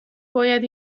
باید